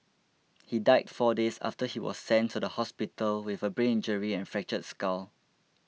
he died four days after he was sent to hospital with a brain injury and fractured skull